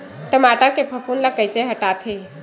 टमाटर के फफूंद ल कइसे हटाथे?